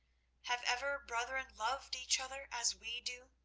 have ever brethren loved each other as we do?